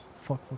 fuck